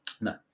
No